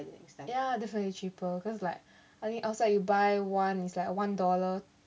ya definitely cheaper cause like I think outside you buy one is like one dollar